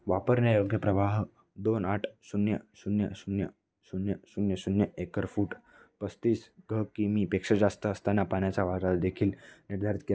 वापरण्यायोग्य प्रवाह दोन आठ शून्य शून्य शून्य शून्य शून्य शून्य एकर फूट पस्तीस घ किमीपेक्षा जास्त असताना पाण्याचा देखील निर्धारित के